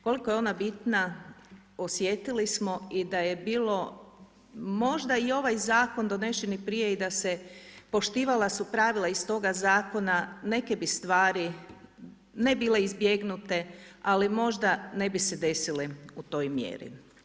Koliko je ona bitna, osjetili smo i da je bilo, možda i ovaj zakon donesen i prije i da se poštivali se pravile iz toga zakona, neke bi stvari, ne bile izbjegnute, ali možda ne bi se desile u toj mjeri.